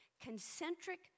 concentric